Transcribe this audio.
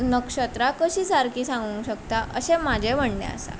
नक्षत्रां कशीं सारकीं सांगूंक शकता अशें म्हजें म्हणणें आसा